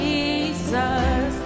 Jesus